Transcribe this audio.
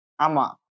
Ama